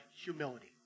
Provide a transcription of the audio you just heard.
humility